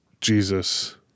Jesus